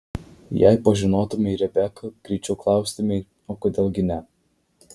jei pažinotumei rebeką greičiau klaustumei o kodėl gi ne